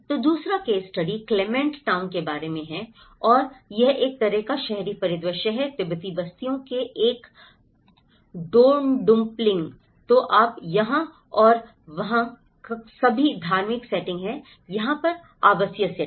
तो दूसरा case study Clement Town के बारे में है और यह एक तरह का शहरी परिदृश्य है तिब्बती बस्तियों के एक डोंडुप्लिंग तो आप यहाँ और वहाँ सभी धार्मिक सेटिंग है यहाँ पर आवासीय सेटिंग